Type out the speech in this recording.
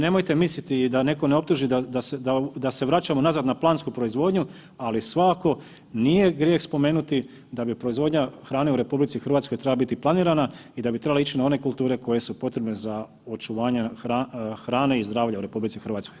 Nemojte misliti, da netko ne optuži da se vraćamo nazad na plansku proizvodnju, ali svakako nije grijeh spomenuti da bi proizvodnja hrane u RH trebala biti planirana i da bi trebala ići na one kulture koje su potrebne za očuvanje hrane i zdravlja u RH.